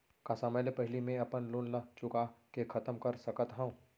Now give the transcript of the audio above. का समय ले पहिली में अपन लोन ला चुका के खतम कर सकत हव?